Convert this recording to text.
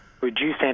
Reduce